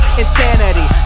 insanity